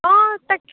অঁ তাকে